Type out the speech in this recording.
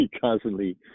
constantly